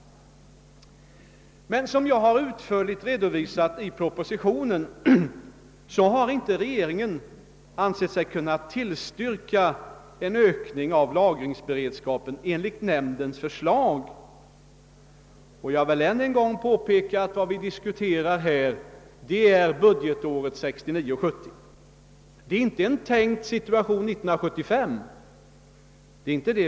Men som jag utförligt har redovisat i propositionen har regeringen inte ansett sig kunna tillstyrka en ökning av lagringsberedskapen i enlighet med nämndens förslag. Jag vill än en gång framhålla att vad vi här diskuterar är budgetåret 1969/70, inte en tänkt situation 1975.